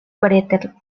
preter